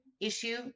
issue